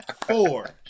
four